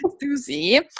Susie